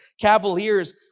Cavaliers